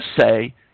say